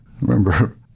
remember